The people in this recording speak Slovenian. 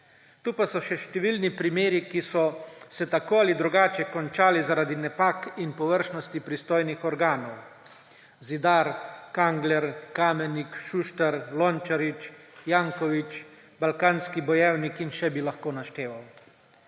Tukaj pa so še številni primeri, ki so se tako ali drugače končali zaradi napak in površnosti pristojnih organov: Zidar, Kangler, Kamenik, Šuštar, Lončarič, Janković, Balkanski bojevnik in še bi lahko našteval.